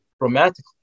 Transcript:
romantically